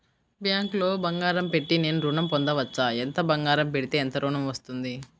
బ్యాంక్లో బంగారం పెట్టి నేను ఋణం పొందవచ్చా? ఎంత బంగారం పెడితే ఎంత ఋణం వస్తుంది?